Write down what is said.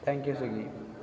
thank you Swiggy